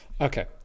Okay